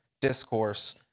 discourse